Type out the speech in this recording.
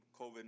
COVID